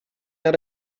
maar